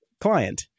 client